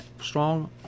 strong